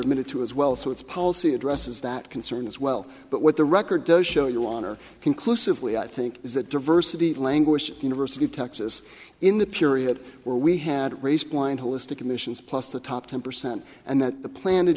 admitted to as well so its policy addresses that concern as well but what the record does show you on are conclusively i think is that diversity languish university of texas in the period where we had race blind holistic admissions plus the top ten percent and that the planet